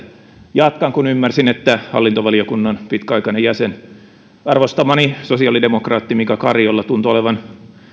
jatkan kun ymmärsin että hallintovaliokunnan pitkäaikainen jäsen arvostamani sosiaalidemokraatti mika kari jolla tuntuu olevan